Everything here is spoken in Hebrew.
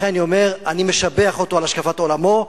לכן אני אומר, אני משבח אותו על השקפת עולמו,